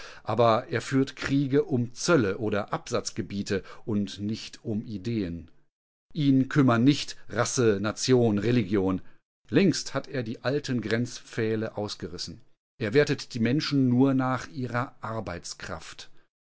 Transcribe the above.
aber er führt kriege um zölle oder absatzgebiete und nicht um ideen ihn kümmern nicht rasse nation religion längst hat er die alten grenzpfähle ausgerissen er wertet die menschen nur nach ihrer arbeitskraft